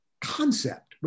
concept